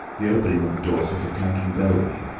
the opening of the door set a clanking bell ringing.